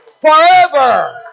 forever